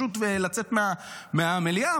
לצאת מהמליאה,